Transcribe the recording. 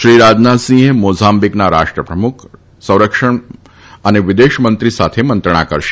શ્રી રાજનાથસિંહે મોઝાંબીકના રાષ્ટ્રપ્રમુખ સંરક્ષણ તથા વિદેશમંત્રી સાથે મંત્રણા કરશે